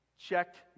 checked